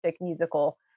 musical